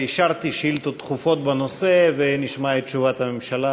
אישרתי שאילתות דחופות בנושא ונשמע את תשובת הממשלה